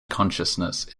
consciousness